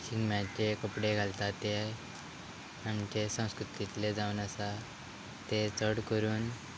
शिगम्याचे कपडे घालता ते आमचे संस्कृतींतले जावन आसा ते चड करून